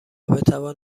بتوان